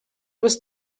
was